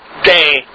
day